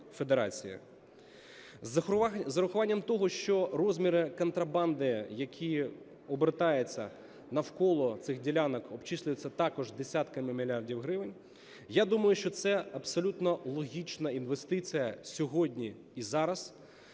З урахуванням того, що розміри контрабанди, які обертаються навколо цих ділянок, обчислюється також десятками мільярдів гривень, я думаю, що це абсолютно логічна інвестиція сьогодні і зараз.